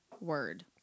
word